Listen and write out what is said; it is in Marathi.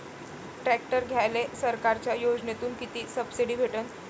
ट्रॅक्टर घ्यायले सरकारच्या योजनेतून किती सबसिडी भेटन?